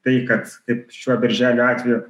tai kad kaip šiuo birželio atveju